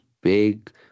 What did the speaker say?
big